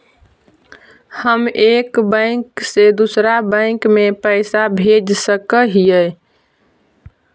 हम एक बैंक से दुसर बैंक में पैसा भेज सक हिय?